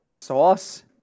Sauce